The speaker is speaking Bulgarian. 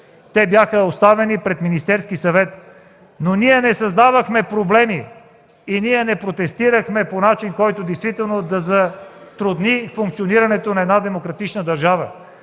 Те бяха оставени пред Министерския съвет. Но ние не създавахме проблеми и не протестирахме по начин, който да затрудни функционирането на една демократична държава.